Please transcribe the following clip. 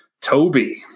Toby